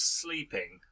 sleeping